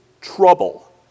trouble